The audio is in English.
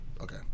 okay